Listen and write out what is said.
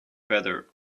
better